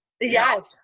Yes